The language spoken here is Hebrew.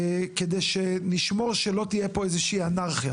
כדי שנשמור שלא תהיה פה אנרכיה.